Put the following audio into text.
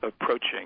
approaching